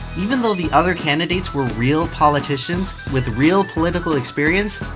even though the other candidates were real politicians with real political experience,